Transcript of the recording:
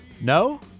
No